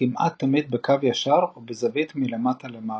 כמעט תמיד בקו ישר או בזווית מלמטה למעלה.